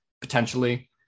Potentially